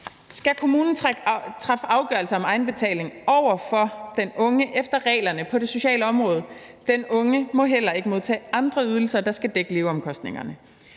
skal kommunen træffe afgørelse om egenbetaling over for den unge efter reglerne på det sociale område, og den unge må heller ikke modtage andre ydelser, der skal dække leveomkostningerne.